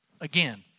again